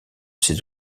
ses